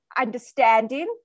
understanding